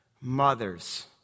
mothers